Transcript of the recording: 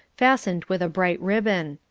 fastened with a bright ribbon.